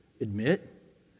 admit